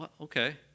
okay